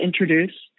introduce